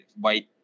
white